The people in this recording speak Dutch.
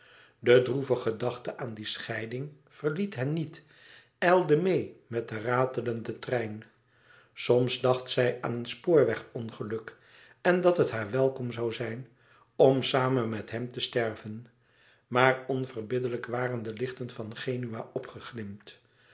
de droeve gedachte aan die scheiding verliet hen niet ijlde meê met den ratelenden trein soms dacht zij aan een spoorwegongeluk en dat het haar welkom zoû zijn om samen met hem te sterven maar onverbiddelijk waren de lichten van genua